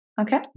Okay